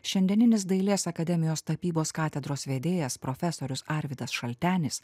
šiandieninis dailės akademijos tapybos katedros vedėjas profesorius arvydas šaltenis